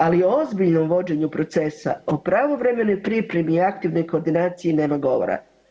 Ali ozbiljnom vođenju procesa o pravovremenoj pripremi i aktivnoj koordinaciji nema govora.